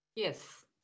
Yes